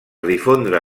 difondre